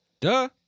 Duh